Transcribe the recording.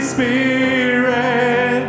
Spirit